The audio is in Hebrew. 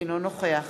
אינו נוכח